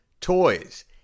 toys